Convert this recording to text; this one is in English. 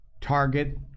Target